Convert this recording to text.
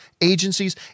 agencies